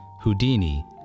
Houdini